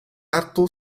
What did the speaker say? hartu